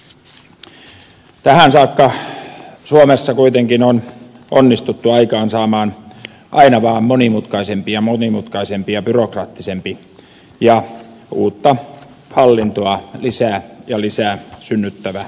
tähän saakka suomessa kuitenkin on onnistuttu aikaansaamaan aina vain monimutkaisempi ja monimutkaisempi ja byrokraattisempi ja uutta hallintoa lisää ja lisää synnyttävä järjestelmä